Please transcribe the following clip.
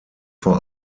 vor